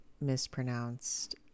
mispronounced